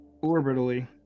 orbitally